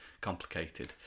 Complicated